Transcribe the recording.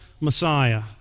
messiah